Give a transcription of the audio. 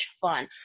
fun